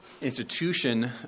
institution